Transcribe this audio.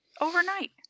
overnight